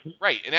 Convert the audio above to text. Right